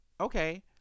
okay